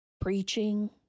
preaching